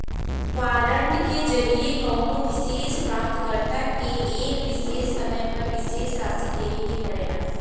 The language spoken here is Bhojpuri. वारंट के जरिये कउनो विशेष प्राप्तकर्ता के एक विशेष समय पर विशेष राशि देवे के पड़ला